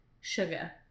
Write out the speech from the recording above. Sugar